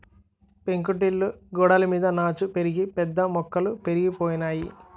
పెంకుటిల్లు గోడలమీద నాచు పెరిగి పెద్ద మొక్కలు పెరిగిపోనాయి